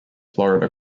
florida